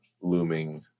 looming